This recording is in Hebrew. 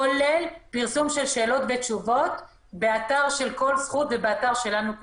כולל פרסום של שאלות ותשובות באתר של כל זכות ובאתר שלנו,